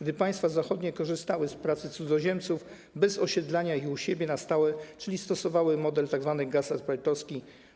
gdy państwa zachodnie korzystały z pracy cudzoziemców bez osiedlania ich u siebie na stałe, czyli stosowały tzw. model gastarbeiterski.